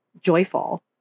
joyful